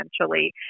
essentially